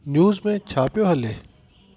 news में छा पियो हले